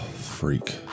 freak